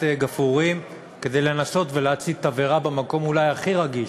גפרורים כדי לנסות ולהצית תבערה במקום אולי הכי רגיש.